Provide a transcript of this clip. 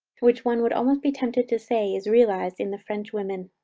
which one would almost be tempted to say is realized in the french women.